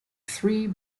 three